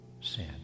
sin